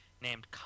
named